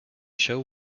show